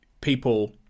people